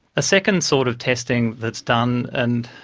a second sort of testing that's done and,